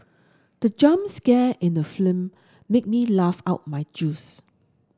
the jump scare in the film made me laugh out my juice